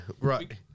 Right